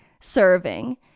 serving